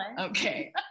Okay